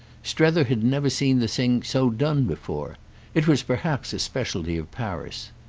strether had never seen the thing so done before it was perhaps a speciality of paris.